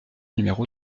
numéro